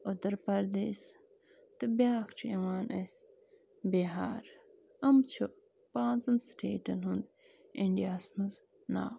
اُتر پردیش تہٕ بیٛاکھ چھُ یِوان اسہِ بِہار یِم چھِ پانٛژَن سِٹیٹَن ہُنٛد انٛڈیا ہَس منٛز ناو